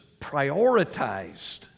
prioritized